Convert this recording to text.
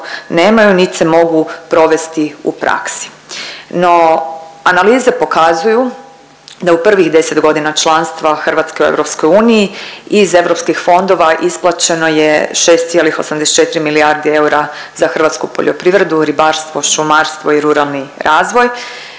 nemaju niti se mogu provesti u praksi. No, analize pokazuju da u prvih 10 godina članstva Hrvatske u EU iz europskih fondova isplaćeno je 6,84 milijardi eura za hrvatsku poljoprivredu, ribarstvo, šumarstvo i ruralni razvoj.